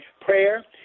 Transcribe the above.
prayer